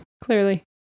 Clearly